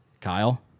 Kyle